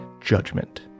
Judgment